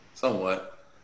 Somewhat